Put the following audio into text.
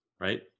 right